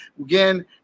Again